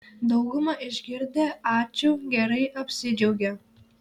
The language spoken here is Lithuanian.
dauguma išgirdę ačiū gerai apsidžiaugia